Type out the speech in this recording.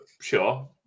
sure